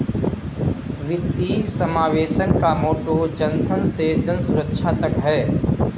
वित्तीय समावेशन का मोटो जनधन से जनसुरक्षा तक है